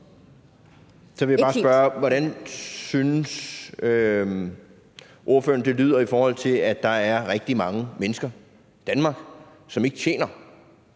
Så vil jeg bare spørge: Hvordan synes ordføreren det lyder, i forhold til at der er rigtig mange mennesker i Danmark, som ikke tjener